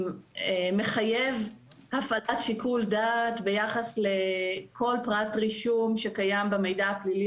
מחייב הפעלת שיקול דעת ביחס לכל פרט רישום שקיים במידע הפלילי